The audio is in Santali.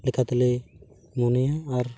ᱞᱮᱠᱟᱛᱮᱞᱮ ᱢᱚᱱᱮᱭᱟ ᱟᱨ